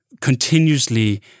continuously